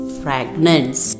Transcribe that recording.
fragments